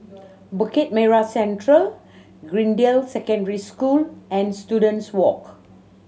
Bukit Merah Central Greendale Secondary School and Students Walk